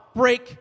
break